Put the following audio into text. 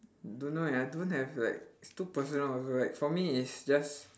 don't know eh I don't have like it's too personal also like for me is just